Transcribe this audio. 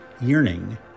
Yearning